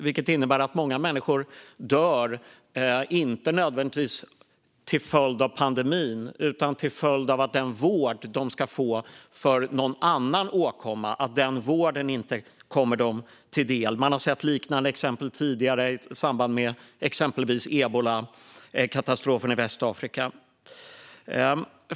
Det innebär att många människor dör inte nödvändigtvis till följd av pandemin utan till följd av att den vård de behöver för någon annan åkomma inte kommer dem till del. Man har sett liknande exempel tidigare, exempelvis i samband med ebolakatastrofen i Västafrika.